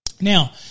Now